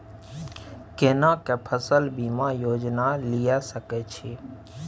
केना के फसल बीमा योजना लीए सके छी?